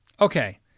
Okay